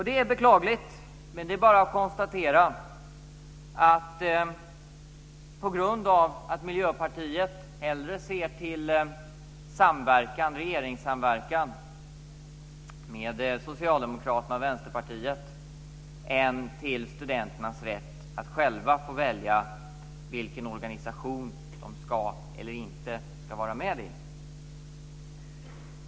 Det är beklagligt, men det är bara att konstatera att Miljöpartiet hellre ser till regeringssamverkan med Socialdemokraterna och Vänsterpartiet än till studenternas rätt att själva få välja vilken organisation de vara med i eller inte vara med i.